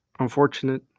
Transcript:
Unfortunate